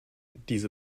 diese